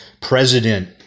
president